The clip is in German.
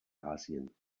asien